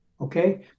okay